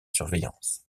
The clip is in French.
surveillance